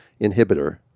inhibitor